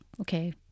okay